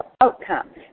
outcomes